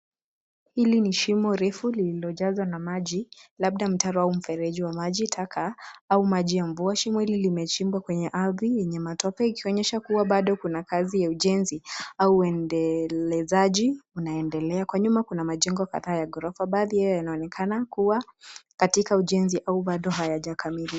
Hili ni shimo refu lililojazwa na maji, labda mtaro au mfereji wa maji taka au maji ya mvua. Shimo hili limechimbwa kwenye ardhi yenye matope ikionyesha kuwa bado kuna kazi ya ujenzi au uendelezaji unaendelea. Kwa nyuma kuna majengo kadhaa ya ghorofa. Baadhi yao yanaonekana kuwa katika ujenzi au bado hayajakamilika.